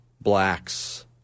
blacks